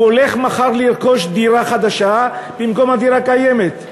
הוא הולך לרכוש מחר דירה חדשה במקום הדירה הקיימת,